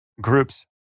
groups